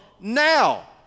now